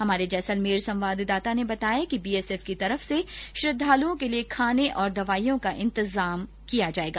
हमारे जैसलमेर संवाददाता ने बताया कि बीएसएफ की तरफ से श्रद्धालुओं के लिये खाने और दवाईयों का इंतजाम किया जायेगा